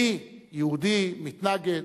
אני, יהודי "מתנגד",